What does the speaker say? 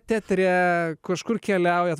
teatre kažkur keliaujat